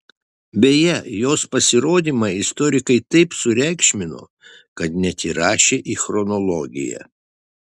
beje jos pasirodymą istorikai taip sureikšmino kad net įrašė į chronologiją